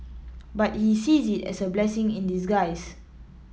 but he sees it as a blessing in disguise